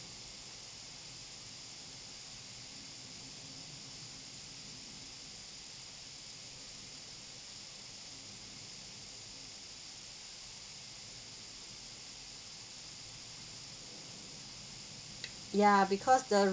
ya because the